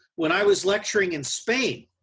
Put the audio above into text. when i was lecturing in spain,